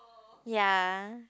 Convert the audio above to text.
ya